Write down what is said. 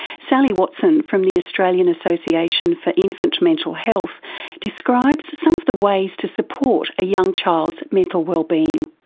sally watson from the australian association for infant mental health describes some of the ways to support a young child's mental wellbeing.